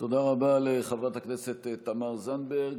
תודה רבה לחברת הכנסת תמר זנדברג.